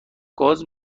گاز